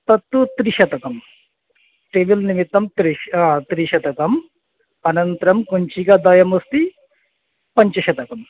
तत्तु त्रिशतं टेबल् निमित्तं त्रिशतं त्रिशतम् अनन्तरं कुञ्चिका द्वयमस्ति पञ्चशतं